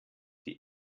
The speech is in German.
die